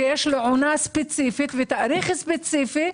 שיש לו עונה ספציפית ותאריך ספציפית,